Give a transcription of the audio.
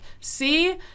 see